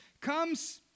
comes